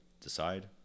decide